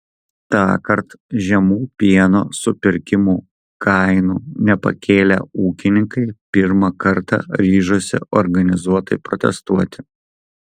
tąkart žemų pieno supirkimo kainų nepakėlę ūkininkai pirmą kartą ryžosi organizuotai protestuoti